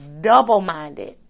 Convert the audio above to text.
Double-minded